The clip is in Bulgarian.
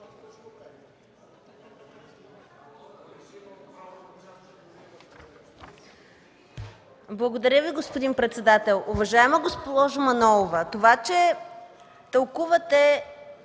Благодаря Ви, господин председател. Уважаема госпожо Манолова, това че тълкувате